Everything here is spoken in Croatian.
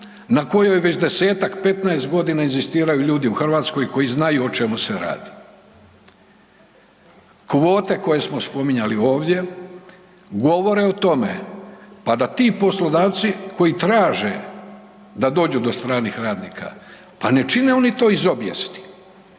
na koju već desetak, petnaest godina inzistiraju ljudi u Hrvatskoj koji znaju o čemu se radi. Kvote koje smo spominjali ovdje govore o tome pa da ti poslodavci koji traže da dođu do stranih radnika, pa ne čine oni to iz obijesti.